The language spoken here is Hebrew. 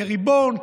כריבון,